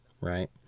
right